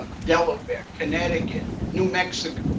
ah delaware, connecticut, new mexico,